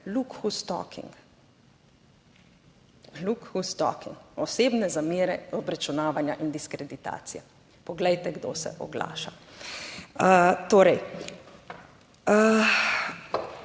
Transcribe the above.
Look who's talking. Osebne zamere, obračunavanja in diskreditacije, poglejte, kdo se oglaša. Torej,